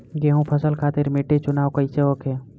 गेंहू फसल खातिर मिट्टी चुनाव कईसे होखे?